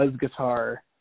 guitar